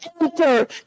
Enter